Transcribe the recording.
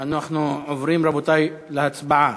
אנחנו עוברים, רבותי, להצבעה.